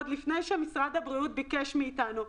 עוד לפני שמשרד הבריאות ביקש איתנו.